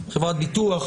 חברת ביטוח,